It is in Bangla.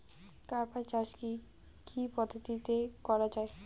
কার্পাস চাষ কী কী পদ্ধতিতে করা য়ায়?